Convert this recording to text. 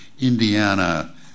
Indiana